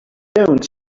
don’t